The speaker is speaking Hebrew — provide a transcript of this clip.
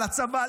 לצבא.